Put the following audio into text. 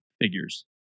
figures